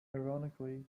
ironically